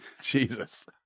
Jesus